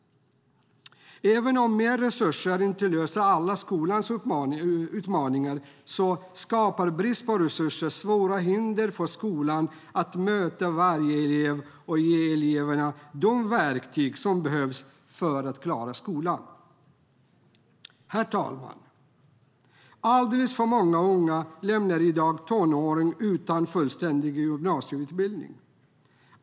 Även om mer resurser inte löser alla skolans utmaningar skapar brist på resurser svåra hinder för skolan att möta varje elev och ge eleverna de verktyg som behövs för att klara skolan. Herr talman! Alldeles för många unga lämnar i dag tonåren utan en fullständig gymnasieutbildning.